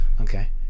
Okay